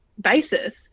basis